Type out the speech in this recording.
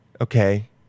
okay